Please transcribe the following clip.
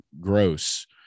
gross